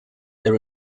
their